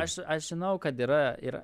aš aš žinau kad yra yra